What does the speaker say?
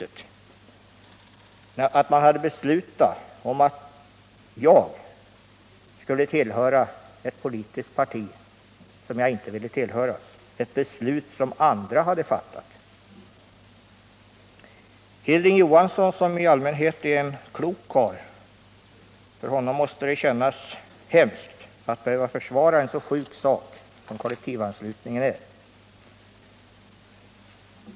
Det var andra som hade beslutat att jag skulle tillhöra ett parti som jag inte ville tillhöra. För Hilding Johansson, som i allmänhet är en klok karl, måste det kännas hemskt att försvara en så sjuk sak som kollektivanslutningen är.